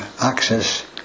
access